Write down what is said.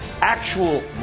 Actual